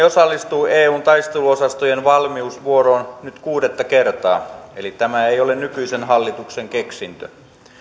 osallistuu eun taisteluosastojen valmiusvuoroon nyt kuudetta kertaa eli tämä ei ole nykyisen hallituksen keksintö